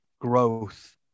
growth